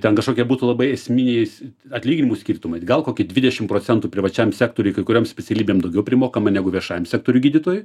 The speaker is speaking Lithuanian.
ten kažkokie būtų labai esminiais atlyginimų skirtumai gal kokį dvidešim procentų privačiam sektoriuj kai kuriom specialybėm daugiau primokama negu viešajam sektoriuj gydytojui